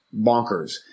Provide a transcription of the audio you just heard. bonkers